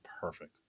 perfect